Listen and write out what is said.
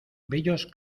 bellos